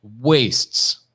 wastes